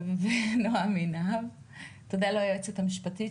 תודה ליועצת המשפטית,